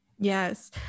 Yes